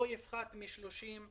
לא יפחת מ-30%.